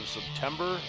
September